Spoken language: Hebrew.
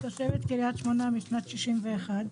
אני תושבת קריית שמונה משנת 1961,